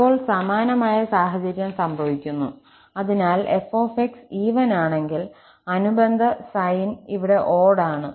ഇപ്പോൾ സമാനമായ സാഹചര്യം സംഭവിക്കുന്നു അതിനാൽ 𝑓𝑥 ഈവനാണെങ്കിൽ അനുബന്ധ സൈൻ ഇവിടെ ഓട് ആണ്